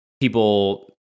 people